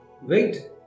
Wait